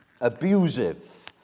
abusive